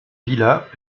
villa